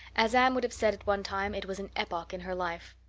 as anne would have said at one time, it was an epoch in her life,